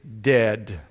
dead